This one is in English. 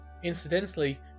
Incidentally